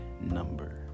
number